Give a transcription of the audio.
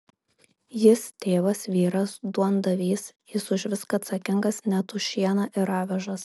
jis tėvas vyras duondavys jis už viską atsakingas net už šieną ir avižas